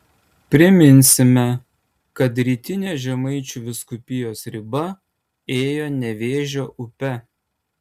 priminsime kad rytinė žemaičių vyskupijos riba ėjo nevėžio upe